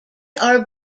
are